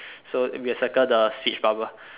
so we'll circle the speech bubble